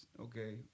okay